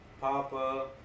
Papa